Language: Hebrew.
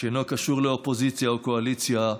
שאינו קשור לאופוזיציה או קואליציה,